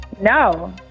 No